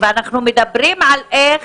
ואנחנו מדברים על איך